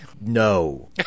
No